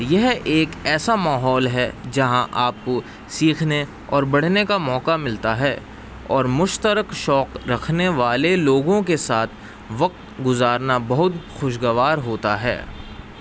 یہ ایک ایسا ماحول ہے جہاں آپ کو سیکھنے اور بڑھنے کا موقع ملتا ہے اور مشترک شوق رکھنے والے لوگوں کے ساتھ وقت گزارنا بہت خوشگوار ہوتا ہے